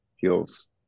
feels